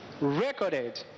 recorded